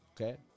Okay